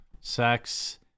Sex